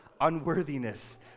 unworthiness